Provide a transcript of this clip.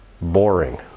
boring